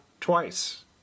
twice